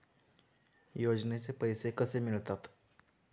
योजनेचे पैसे कसे मिळतात?